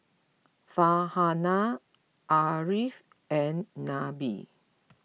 Farhanah Ariff and Nabil